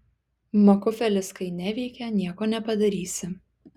makufelis kai neveikia nieko nepadarysi